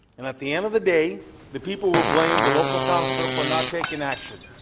and at the end of the day the people will blame the local councillor for not taking action.